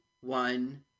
one